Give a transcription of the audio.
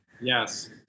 Yes